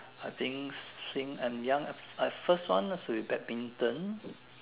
I think since I'm young I I first one should be badminton